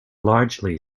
largely